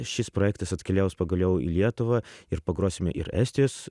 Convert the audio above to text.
šis projektas atkeliaus pagaliau į lietuvą ir pagrosime ir estijos